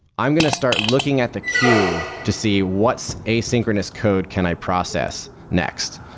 i'm going to start looking at the queue to see what's asynchronous code can i process next.